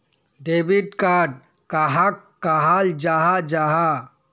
Debit card कहाक कहाल जाहा जाहा?